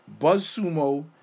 BuzzSumo